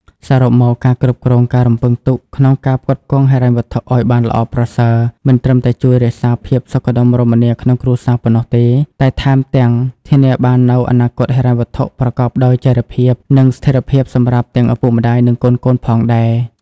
សរុបមក ការគ្រប់គ្រងការរំពឹងទុកក្នុងការផ្គត់ផ្គង់ហិរញ្ញវត្ថុឱ្យបានល្អប្រសើរ មិនត្រឹមតែជួយរក្សាភាពសុខដុមរមនាក្នុងគ្រួសារប៉ុណ្ណោះទេ តែថែមទាំងធានាបាននូវអនាគតហិរញ្ញវត្ថុប្រកបដោយចីរភាព និងស្ថិរភាពសម្រាប់ទាំងឪពុកម្ដាយ និងកូនៗផងដែរ។